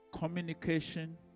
Communication